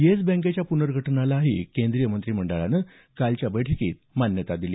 yes बँकेच्या प्नर्गठनाला केंद्रीय मंत्रिमंडळानं कालच्या बैठकीत मान्यता दिली